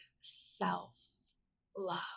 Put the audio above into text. self-love